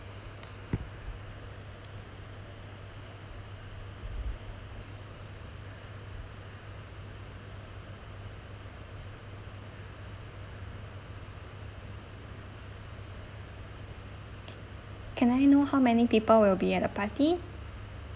can I know how many people will be at the party